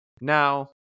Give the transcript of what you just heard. Now